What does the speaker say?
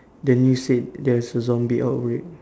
the news said there's a zombie outbreak